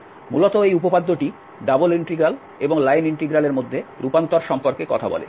মূলত এই উপপাদ্যটি ডাবল ইন্টিগ্রাল এবং লাইন ইন্টিগ্রালের মধ্যে রূপান্তর সম্পর্কে বলে